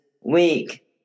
week